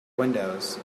windows